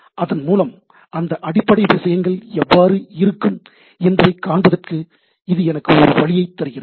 அதன்மூலம் அந்த அடிப்படை விஷயங்கள் எவ்வாறு இருக்கும் என்பதைக் காண்பதற்கு இது எனக்கு ஒரு வழியைத் தருகிறது